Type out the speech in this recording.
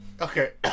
Okay